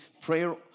prayer